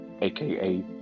aka